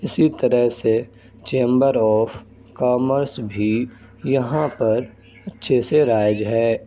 اسی طرح سے چیمبر آف کامرس بھی یہاں پر جیسے رائج ہے